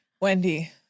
Wendy